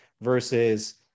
versus